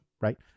right